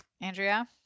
Andrea